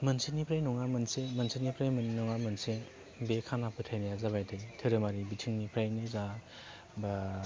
मोनसेनिफ्राय नङा मोनसे मोनसेनिफ्राय मोन्नै नङा मोनसे बे खाना फोथायनाया जाबाय थायो धोरोमारि बिथिंनिफ्रायनो जा बा